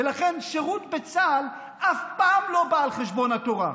ולכן שירות בצה"ל אף פעם לא בא על חשבון התורה.